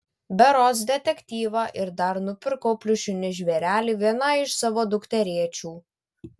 berods detektyvą ir dar nupirkau pliušinį žvėrelį vienai iš savo dukterėčių